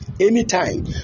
Anytime